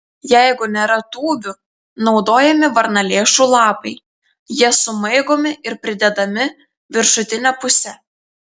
jeigu nėra tūbių naudojami varnalėšų lapai jie sumaigomi ir pridedami viršutine puse